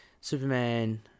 superman